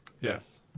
Yes